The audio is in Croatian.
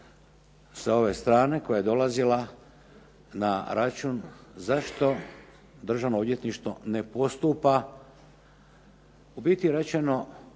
sa ove strane koja je dolazila na račun zašto državno odvjetništvo ne postupa u biti rečeno